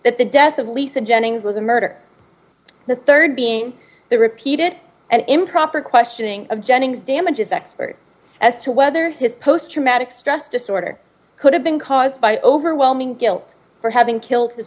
that the death of lisa jennings was a murder the rd being the repeated and improper questioning of jennings damages expert as to whether his post traumatic stress disorder could have been caused by overwhelming guilt for having killed his